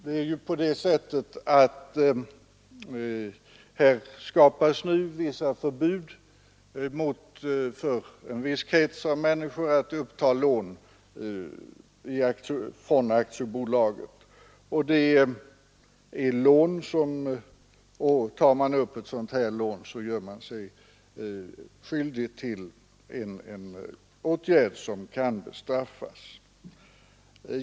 Här 187 skapas ju nu vissa förbud för en speciell krets av människor att uppta lån i ett aktiebolag. Tar man upp ett sådant här lån så gör man sig skyldig till en åtgärd som kan bestraffas.